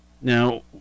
Now